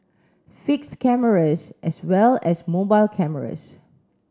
fixed cameras as well as mobile cameras